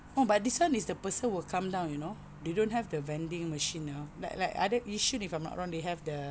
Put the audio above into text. no this one is the person will come down you know they don't have the vending machine you know like like other Yishun if I'm not wrong they have the